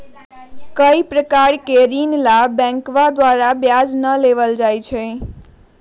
कई प्रकार के ऋण ला बैंकवन द्वारा ब्याज ना लेबल जाहई